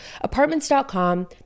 apartments.com